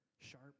sharp